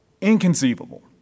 Inconceivable